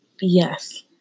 Yes